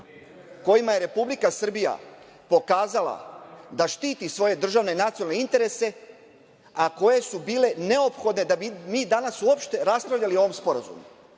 kojima je Republika Srbija pokazala da štiti svoje državne nacionalne interese, a koje su bile neophodne da bi mi danas uopšte raspravljali o ovom sporazumu. Ovog